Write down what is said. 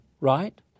right